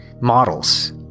models